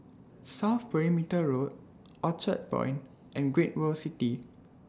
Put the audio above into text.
South Perimeter Road Orchard Point and Great World City